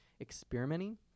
experimenting